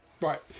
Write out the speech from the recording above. Right